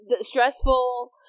stressful